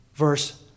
verse